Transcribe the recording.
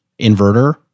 inverter